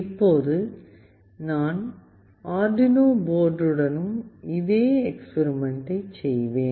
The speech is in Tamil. இப்போது நான் அர்டுயினோ போர்டுடனும் இதே எக்ஸ்பெரிமெண்ட்டை செய்வேன்